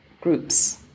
groups